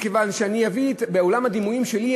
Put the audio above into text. אני אביא את עולם הדימויים שלי,